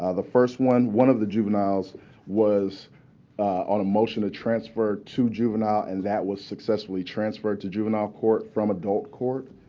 ah the first one, one of the juveniles was on a motion to transfer to juvenile, and that was successfully transferred to juvenile court from adult court.